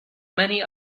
many